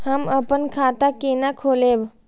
हम अपन खाता केना खोलैब?